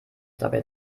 dabei